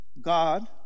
God